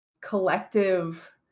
collective